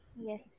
Yes